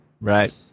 Right